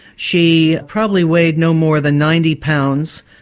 she probably weighed no more than ninety pounds,